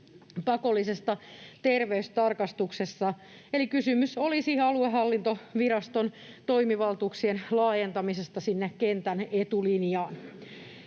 pakollisesta terveystarkastuksesta. Eli kysymys olisi aluehallintoviraston toimivaltuuksien laajentamisesta sinne kentän etulinjaan.